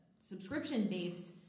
subscription-based